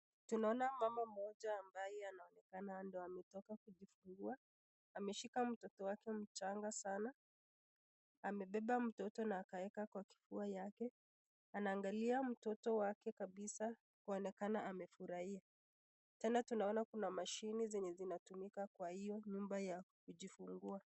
Tunaona mumama mmoja ambaye anaonekana ndo ametoka kujifungua. Ameshika mtoto wake mchanga sanaa. Amebeba mtoto na akaeka kwa kifua yake. Anaangalia mtoto wake kabisa kuonekana amefurahia. Tena tunaona kuna mashini zenye zinatumika kwa hiyo nyumba ya kujifungua.